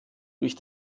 durch